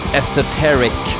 esoteric